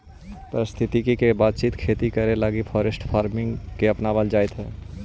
पारिस्थितिकी के बचाबित खेती करे लागी फॉरेस्ट फार्मिंग के अपनाबल जाइत हई